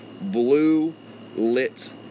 blue-lit